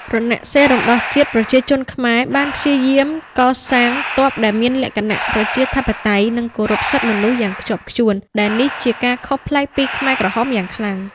រណសិរ្សរំដោះជាតិប្រជាជនខ្មែបានព្យាយាមកសាងកងទ័ពដែលមានលក្ខណៈប្រជាធិបតេយ្យ និងគោរពសិទ្ធិមនុស្សយ៉ាងខ្ជាប់ខ្ជួន ដែលនេះជាការខុសប្លែកពីខ្មែរក្រហមយ៉ាងខ្លាំង។